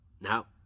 Now